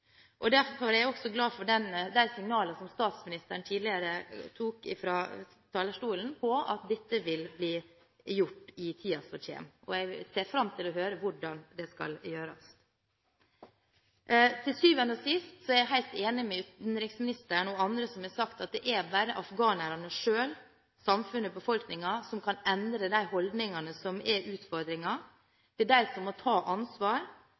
Derfor er jeg også glad for de signalene statsministeren tidligere kom med fra talerstolen, om at dette vil bli gjort i tiden som kommer, og jeg ser fram til å høre hvordan det skal gjøres. Til syvende og sist er jeg helt enig med utenriksministeren og andre som har sagt at det bare er afghanerne selv, samfunnet og befolkningen, som kan endre de holdningene. Det er det som er utfordringen. Det er de som må ta ansvar.